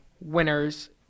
winners